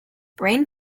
rain